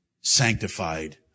sanctified